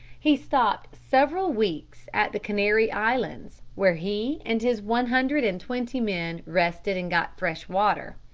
he stopped several weeks at the canary islands, where he and his one hundred and twenty men rested and got fresh water.